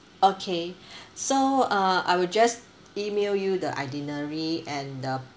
okay so uh I will just email you the itinerary and the